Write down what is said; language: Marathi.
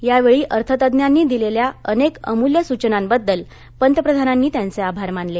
यावेळी अर्थतज्ञांनी दिलेल्या अनेक अमुल्य सूचनांबद्दल पंतप्रधानांनी त्यांचे आभार मानले